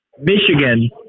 Michigan